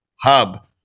hub